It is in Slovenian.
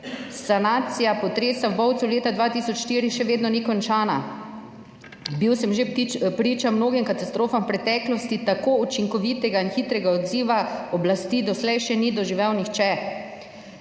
sanacija potresa v Bovcu leta 2004 še vedno ni končana. Bil sem že priča mnogim katastrofam v preteklosti, tako učinkovitega in hitrega odziva oblasti doslej še ni doživel nihče.